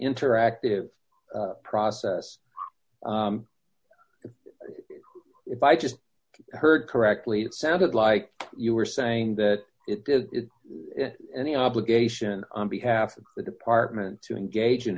interactive process if i just heard correctly it sounded like you were saying that it did any obligation on behalf of the department to engage in